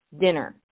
dinner